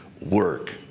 work